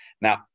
Now